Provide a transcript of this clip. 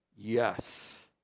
Yes